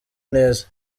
neza